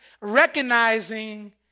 recognizing